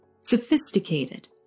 sophisticated